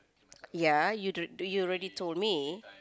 ya you do do you already told me